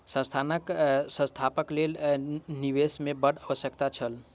संस्थान स्थापनाक लेल निवेश के बड़ आवश्यक छल